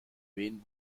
wen